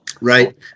Right